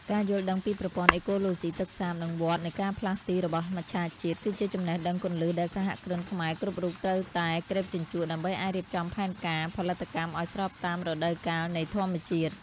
ការយល់ដឹងពីប្រព័ន្ធអេកូឡូស៊ីទឹកសាប និងវដ្តនៃការផ្លាស់ទីរបស់មច្ឆជាតិ គឺជាចំណេះដឹងគន្លឹះដែលសហគ្រិនខ្មែរគ្រប់រូបត្រូវតែក្រេបជញ្ជក់ ដើម្បីអាចរៀបចំផែនការផលិតកម្មឱ្យស្របតាមរដូវកាលនៃធម្មជាតិ។